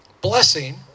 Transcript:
Blessing